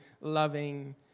loving